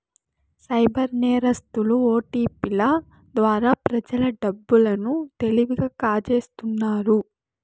cyber నేరస్తులు ఓటిపిల ద్వారా ప్రజల డబ్బు లను తెలివిగా కాజేస్తున్నారు